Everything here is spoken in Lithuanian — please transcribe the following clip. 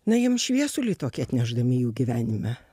na jiem šviesulį tokį atnešdami jų gyvenime